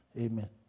Amen